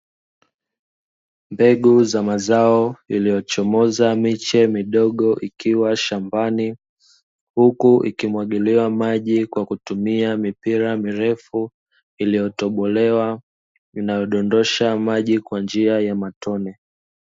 Mbegu za mazao iliyochomoza miche midogo ikiwa shambani, huku ikimwagiliwa maji kwa kutumia mipira mirefu iliyotobolewa, inayo dondosha maji kwa njia ya matone.